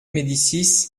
médicis